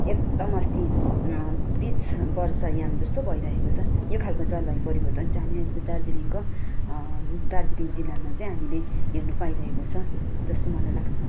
एकदम अस्ति बिच बर्षा याम जस्तो भइरहेको छ यो खालको जलवायु परिवर्तन हामी आज दार्जिलिङको दार्जिलिङ जिल्लामा चाहिँ हामीले हेर्नु पाइरहेको छ जस्तो मलाई लाग्छ